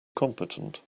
competent